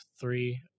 three